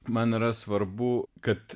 man yra svarbu kad